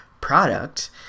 product